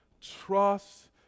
trust